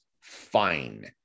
fine